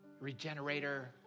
regenerator